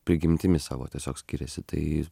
prigimtimi savo tiesiog skiriasi tai